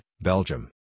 Belgium